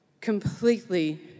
completely